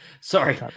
Sorry